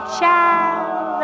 child